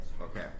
okay